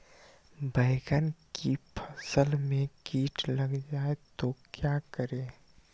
बैंगन की फसल में कीट लग जाए तो क्या करें?